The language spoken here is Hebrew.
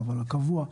הקבוע,